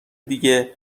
دیگه